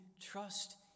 trust